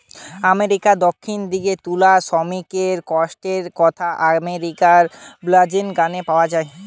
আমেরিকার দক্ষিণ দিকের তুলা শ্রমিকমনকের কষ্টর কথা আগেকিরার ব্লুজ গানে পাওয়া যায়